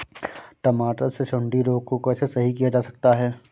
टमाटर से सुंडी रोग को कैसे सही किया जा सकता है?